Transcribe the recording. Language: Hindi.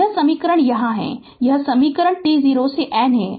तो यह समीकरण यहाँ है यह यह समीकरण t0 से n है